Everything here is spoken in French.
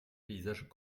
paysages